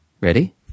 Ready